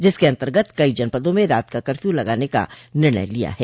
जिसके अन्तर्गत कई जनपदों में रात का कर्फ्यू लगाने का निर्णय लिया है